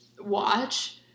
watch